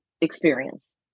experience